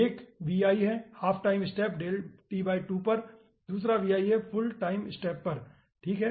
एक है half time step पर दूसरा है फुल टाइम स्टेप पर ठीक है